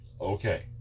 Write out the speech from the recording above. Okay